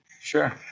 Sure